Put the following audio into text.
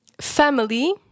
family